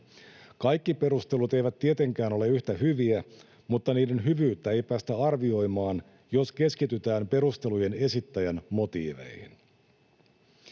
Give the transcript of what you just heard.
Kaikki perustelut eivät tietenkään ole yhtä hyviä, mutta niiden hyvyyttä ei päästä arvioimaan, jos keskitytään perustelujen esittäjän motiiveihin.